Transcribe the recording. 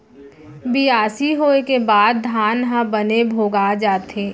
बियासी होय के बाद धान ह बने भोगा जाथे